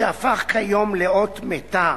שהפך כיום לאות מתה,